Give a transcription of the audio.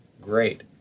Great